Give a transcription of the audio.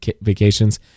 vacations